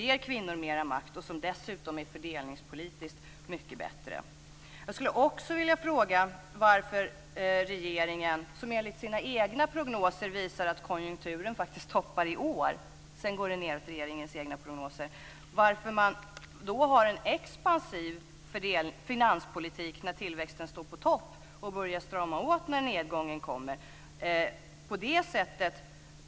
Det ger kvinnor mera makt och är dessutom fördelningspolitiskt mycket bättre. Regeringens egna prognoser visar att konjunkturen faktiskt toppar i år. Sedan går det nedåt, enligt regeringens egna prognoser. Varför har man en expansiv finanspolitik när tillväxten står på topp och börjar strama åt när nedgången kommer?